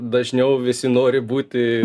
dažniau visi nori būti